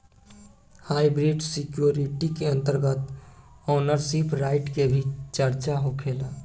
hybrid security के अंतर्गत ownership right के भी चर्चा होखेला